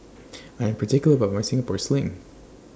I'm particular about My Singapore Sling